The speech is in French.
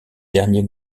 dernier